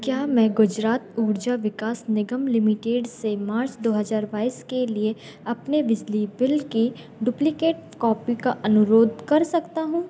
क्या मैं गुजरात ऊर्जा विकास निगम लिमिटेड से मार्च दो हज़ार बाईस के लिए अपने बिजली बिल की डुप्लिकेट कॉपी का अनुरोध कर सकता हूँ